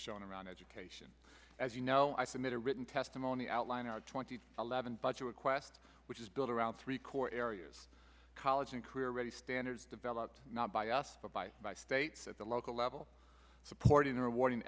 shown around education as you know i submitted a written testimony outline our twenty eleven budget request which is built around three core areas college and career ready standards developed not by us but by by states at the local level supporting rewarding